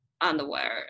underwear